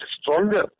stronger